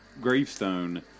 gravestone